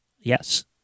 Yes